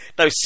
no